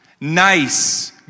nice